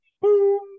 Boom